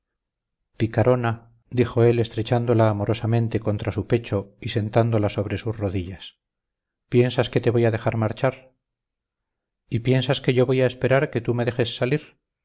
picarona dijo él estrechándola amorosamente contra su pecho y sentándola sobre sus rodillas piensas que te voy a dejar marchar y piensas que yo voy a esperar a que tú me dejes salir